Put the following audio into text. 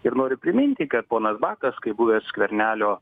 ir noriu priminti kad ponas bakas kaip buvęs skvernelio